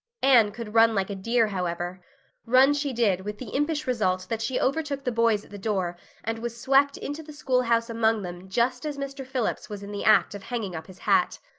anne could run like a deer, however run she did with the impish result that she overtook the boys at the door and was swept into the schoolhouse among them just as mr. phillips was in the act of hanging up his hat.